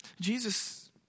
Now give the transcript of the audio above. Jesus